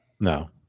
No